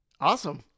awesome